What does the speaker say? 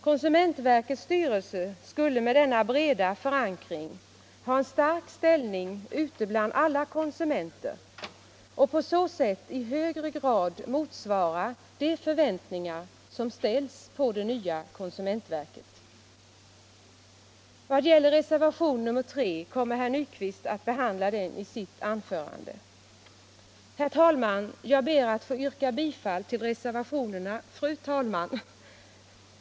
Konsumentverkets styrelse skulle med denna breda förankring ha en stark ställning ute bland alla konsumenter och på så sätt i högre grad motsvara de förväntningar som ställs på det nya konsumentverket. Reservationen 3 kommer herr Nyquist att behandla i sitt anförande. Fru talman!